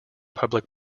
public